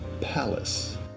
palace